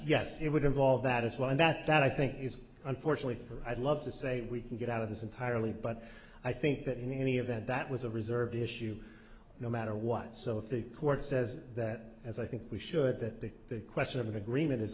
yes it would involve that as well and that that i think is unfortunately for i'd love to say we can get out of this entirely but i think that any of that that was a reserve issue no matter what so if the court says that as i think we should that the question of an agreement is